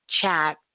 chat